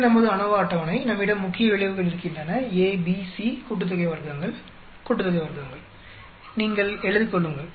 இது நமது அநோவா அட்டவணை நம்மிடம் முக்கிய விளைவுகள் இருக்கின்றன A B C கூட்டுத்தொகை வர்க்கங்கள் கூட்டுத்தொகை வர்க்கங்கள் நீங்கள் எழுதிகொள்ளுங்கள்